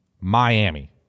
Miami